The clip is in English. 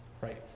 Right